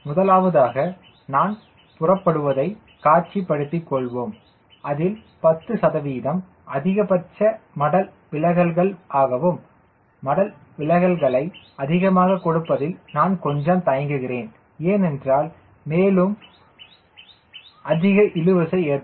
முதலாவதாக நான் புறப்படுவதை காட்சிப் படுத்திக் கொள்வோம் அதில் 50 சதவிகிதம் அதிகபட்ச மடல் விலகல்கள் ஆகவும் மடல் விலகலை அதிகமாகக் கொடுப்பதில் நான் கொஞ்சம் தயங்குகிறேன் ஏனென்றால் மேலும் அதிக இழு விசை ஏற்படும்